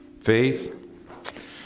faith